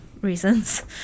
reasons